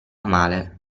male